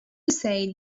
say